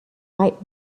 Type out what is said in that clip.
might